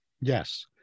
Yes